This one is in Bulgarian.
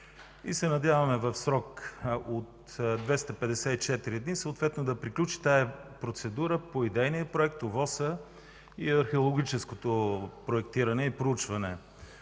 и се надяваме в срок от 254 дни съответно да приключи тази процедура по идейния проект, ОВОС-а, археологическото проектиране и проучване.